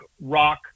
rock